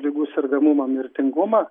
ligų sergamumą mirtingumą